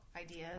ideas